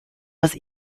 was